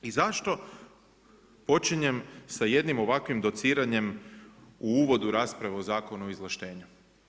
I zašto počinjem sa jednim ovakvim dociranjem u uvodu rasprave o Zakonu o izvlaštenju?